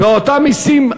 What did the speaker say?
באותם מסים,